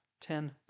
ten